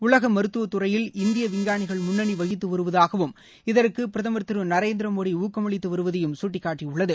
உலக மருத்துவ துறையில் இந்திய விஞ்ஞானிகள் முன்னணி வகித்து வருவதாகவும் இதற்கு பிரதமா் திரு நரேந்திரமோடி ஊக்கம் அளித்து வருவதையும் சுட்டிக்காட்டியுள்ளது